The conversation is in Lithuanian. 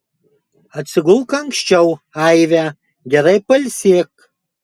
atsigulk anksčiau aive gerai pailsėk